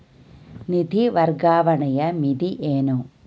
ನಿಧಿ ವರ್ಗಾವಣೆಯ ಮಿತಿ ಏನು?